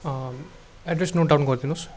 address note down गरिदिनु होस्